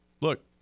Look